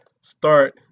start